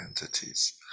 entities